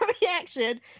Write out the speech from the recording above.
reaction